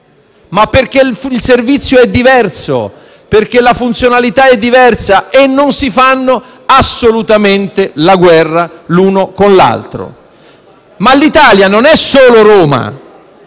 taxi perché il servizio è diverso, la funzionalità è diversa e non si fanno assolutamente la guerra gli uni con gli altri. L'Italia non è solo Roma.